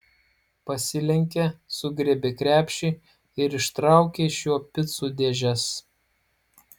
pasilenkė sugriebė krepšį ir ištraukė iš jo picų dėžes